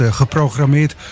geprogrammeerd